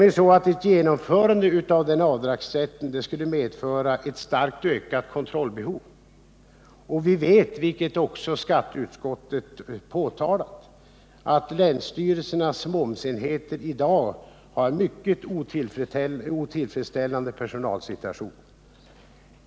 Ett genomförande av denna avdragsrätt skulle nämligen medföra ett starkt ökat kontrollbehov, samtidigt som vi vet — vilket skatteutskottet också påtalat — att länsstyrelsernas momsenheter i dag har en mycket otillfredsställande personalsituation.